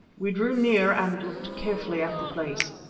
we drew near and looked carefully at the place.